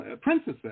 princesses